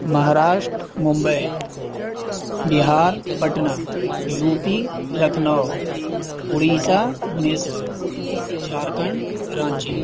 Maharashtra Mumbai Bihar Patna U P Lucknow Orissa Bhubaneswar Jharkhand Ranchi